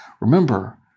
Remember